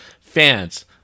fans